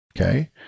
Okay